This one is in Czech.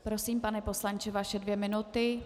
Prosím, pane poslanče, vaše dvě minuty.